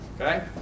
Okay